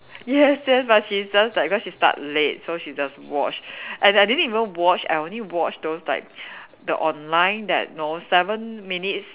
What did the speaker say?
yes yes but she just like cause she start late so she just watch and I didn't even watch I only watch those like the online that know seven minutes